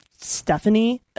Stephanie